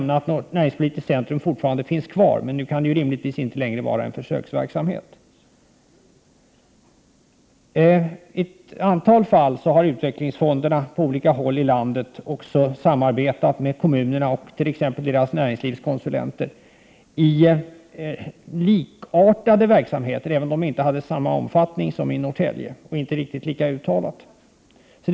Näringspolitiskt Centrum finns fortfarande kvar, men nu kan det rimligtvis inte längre vara fråga om en försöksverksamhet. I ett antal fall har utvecklingsfonderna på olika håll i landet också samarbetat med kommunerna, t.ex. med deras näringslivskonsulenter, i likartade verksamheter som den i Norrtälje, även om det inte har skett i samma omfattning och även om samarbetet inte har varit lika uttalat.